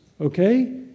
Okay